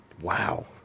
Wow